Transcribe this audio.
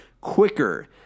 quicker